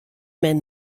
men